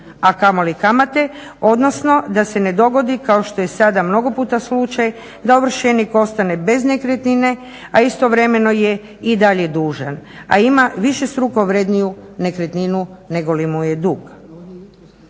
a kamoli kamate odnosno da se ne dogodi kao što je sada mnogo puta slučaj da ovršenik ostaje bez nekretnine a istovremeno je i dalje dužan a ima višestruko vredniju nekretninu negoli mu je dug.